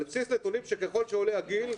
על בסיס נתונים שככל שעולה הגיל,